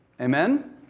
Amen